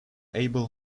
abel